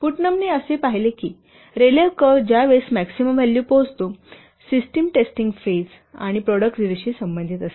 पुटनमने असे पाहिले की रेलेव्ह कर्व ज्या वेळेस मॅक्सिमम व्हॅल्यू पोहचतो सिस्टम टेस्टिंग फेज आणि प्रॉडक्ट रिलीझशी संबंधित असते